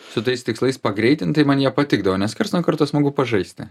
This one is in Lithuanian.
su tais tikslais pagreitintai man jie patikdavo neskirstant kartu smagu pažaisti